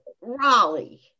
Raleigh